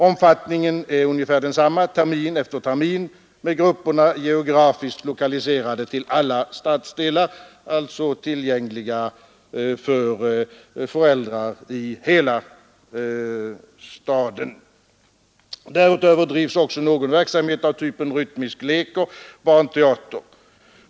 Omfattningen är ungefär densamma termin efter termin med grupperna geografiskt lokaliserade till alla stadsdelar, alltså tillgängliga för föräldrar i hela staden. Därutöver drivs också någon verksamhet av typen rytmisk lek och barnteater.